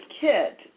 kit